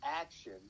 action